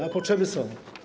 A potrzeby są.